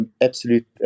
absolute